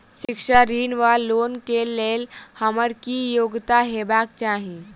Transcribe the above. शिक्षा ऋण वा लोन केँ लेल हम्मर की योग्यता हेबाक चाहि?